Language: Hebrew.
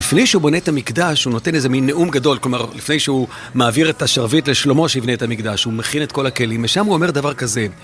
לפני שהוא בנה את המקדש, הוא נותן איזה מין נאום גדול, כלומר, לפני שהוא מעביר את השרביט לשלמה שיבנה את המקדש, הוא מכין את כל הכלים, ושם הוא אומר דבר כזה.